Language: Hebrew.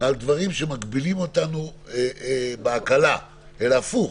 על דברים שמגבילים אותנו בהגבלה, אלא הפוך,